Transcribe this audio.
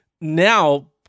now